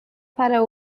para